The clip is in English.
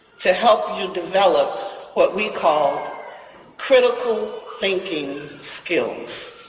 to help you develop what we call critical thinking skills.